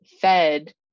fed